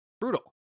brutal